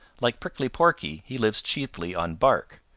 like prickly porky he lives chiefly on bark.